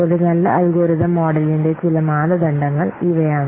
ഒരു നല്ല അൽഗോരിതം മോഡലിന്റെ ചില മാനദണ്ഡങ്ങൾ ഇവയാണ്